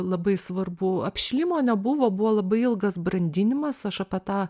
labai svarbu apšilimo nebuvo buvo labai ilgas brandinimas aš apie tą